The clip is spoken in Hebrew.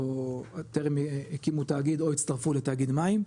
שטרם הקימו תאגיד או הצטרפו לתאגיד מים,